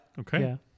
Okay